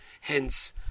hence